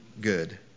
good